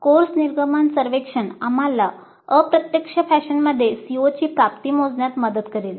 course निर्गमन सर्वेक्षण आम्हाला अप्रत्यक्ष फॅशनमध्ये COची प्राप्ती मोजण्यात मदत करेल